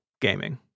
gaming